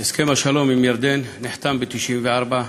השלום עם ירדן נחתם ב-1994,